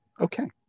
Okay